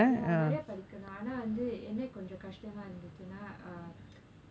ya நிறைய படிக்கனும் ஆனா வந்து என்ன கொஞ்ச கஷ்ட்டமா இருந்துச்சுனா:niraya padikanum aanaa vanthu enna konja kashtamaa irunthuchunaa